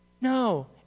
No